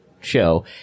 show